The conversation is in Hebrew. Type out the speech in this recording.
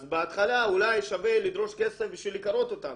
אז בהתחלה אולי שווה לדרוש כסף בשביל לקרות אותם